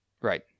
Right